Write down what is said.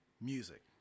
music